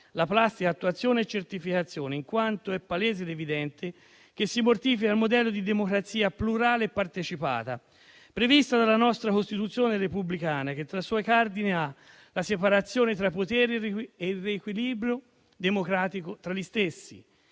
la plastica attuazione e certificazione, in quanto è palese ed evidente che si mortifica il modello di democrazia plurale e partecipata prevista dalla nostra Costituzione repubblicana, che tra i suoi cardini ha la separazione tra poteri e l'equilibrio democratico tra gli stessi,